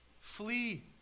Flee